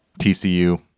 TCU